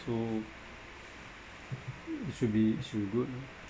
so it should be should go